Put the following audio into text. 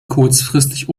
kurzfristig